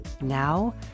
Now